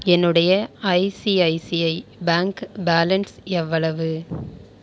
என்னுடைய ICICI bank balance எவ்வளவு